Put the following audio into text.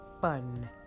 fun